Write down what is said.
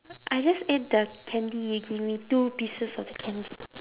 I just ate the candy you gave me two pieces of candy